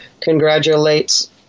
congratulates